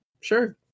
sure